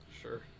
Sure